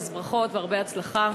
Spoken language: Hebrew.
אז ברכות והרבה הצלחה.